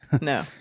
No